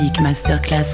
Masterclass